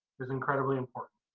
is incredibly important.